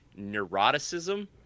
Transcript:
neuroticism